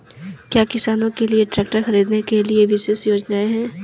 क्या किसानों के लिए ट्रैक्टर खरीदने के लिए विशेष योजनाएं हैं?